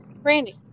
Randy